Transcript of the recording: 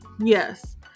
Yes